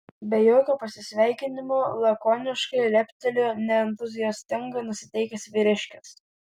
be jokio pasisveikinimo lakoniškai leptelėjo neentuziastingai nusiteikęs vyriškis